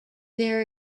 their